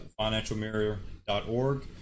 financialmirror.org